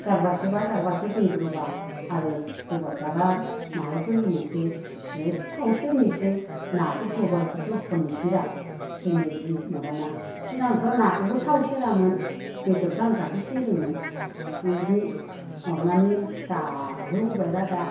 गारबासे बा गारबासे दै रुबा आरो गोबाब बारा माहायफोर होनोसै नै थाव सेरनोसै नाफोर दंब्ला इफोरखो होख'नोसैरा जोंनिया बिदि माबाना सिगांथ' नाखौबो थाव सेरामोन बेदरखो आन्थासो सेरोमोन बिदि माबानानै जाहोबोबाय रा दा